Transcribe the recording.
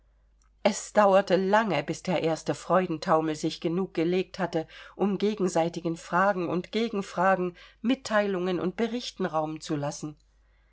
es dauerte lange bis der erste freudentaumel sich genug gelegt hatte um gegenseitigen fragen und gegenfragen mitteilungen und berichten raum zu lassen